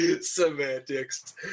Semantics